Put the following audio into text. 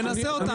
תנסה אותנו.